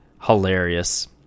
hilarious